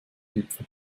gipfel